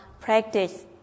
practice